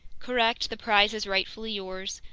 correct, the prize is rightfully yours.